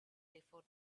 before